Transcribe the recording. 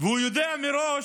והוא יודע מראש